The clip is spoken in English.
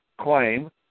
claim